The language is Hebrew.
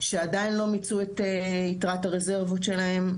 שעדיין לא מיצו את יתרת הרזרבות שלהם.